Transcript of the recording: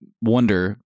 wonder